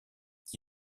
qui